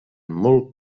molt